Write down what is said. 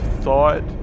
thought